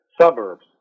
suburbs